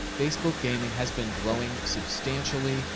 facebook gaming has been growing substantially.